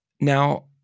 Now